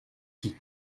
qui